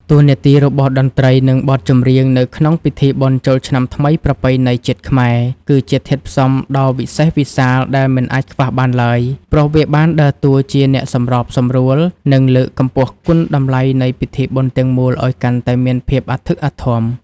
តួនាទីរបស់តន្ត្រី និងបទចម្រៀងនៅក្នុងពិធីបុណ្យចូលឆ្នាំថ្មីប្រពៃណីជាតិខ្មែរ គឺជាធាតុផ្សំដ៏វិសេសវិសាលដែលមិនអាចខ្វះបានឡើយ ព្រោះវាបានដើរតួជាអ្នកសម្របសម្រួល និងលើកកម្ពស់គុណតម្លៃនៃពិធីបុណ្យទាំងមូលឱ្យកាន់តែមានភាពអធិកអធម។